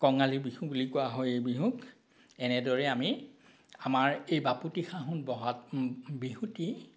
কঙালী বিহু বুলি কোৱা হয় এই বিহুক এনেদৰে আমি আমাৰ এই বাপতিসাহোন বহাগ বিহুটি